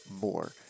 more